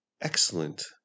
excellent